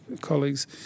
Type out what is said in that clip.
colleagues